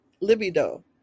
Libido